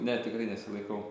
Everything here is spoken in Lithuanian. ne tikrai nesilaikau